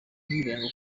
hibandwa